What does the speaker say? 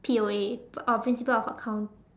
P_O_A uh principles of accounts